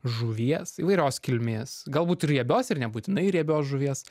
žuvies įvairios kilmės galbūt ir riebios ir nebūtinai riebios žuvies